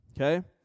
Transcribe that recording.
Okay